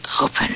open